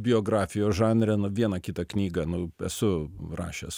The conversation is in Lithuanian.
biografijos žanre vieną kitą knygą nu esu rašęs